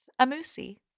Amusi